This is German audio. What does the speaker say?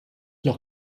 noch